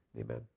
Amen